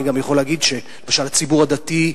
אני גם יכול להגיד שלמשל הציבור הדתי,